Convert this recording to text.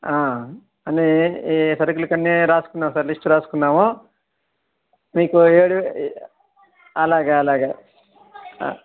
అన్నీ సరుకులు అన్నీ రాసుకున్న సార్ లిస్ట్ రాసుకున్నాము మీకు ఏడు అలాగే అలాగే